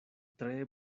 tre